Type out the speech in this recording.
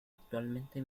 actualmente